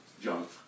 junk